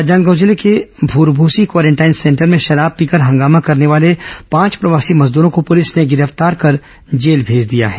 राजनांदगांव जिले के Bhurmusi quarantine centre में शराब पीकर हंगामा करने वाले पांच प्रवासी मजदूरों को पुलिस ने गिरफ्तार कर जेल भेज दिया है